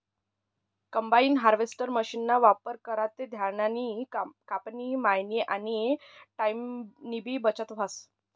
combine harvester मशीनना वापर करा ते धान्यनी कापनी, मयनी आनी टाईमनीबी बचत व्हस